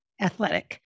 athletic